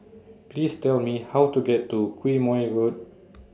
Please Tell Me How to get to Quemoy Road